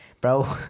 Bro